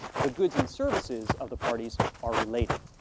the goods and services of the parties are related.